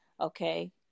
okay